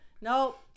Nope